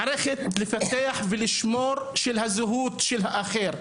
מערכת לפתח ולשמור של הזהות של האחר.